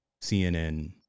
CNN